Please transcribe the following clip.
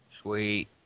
Sweet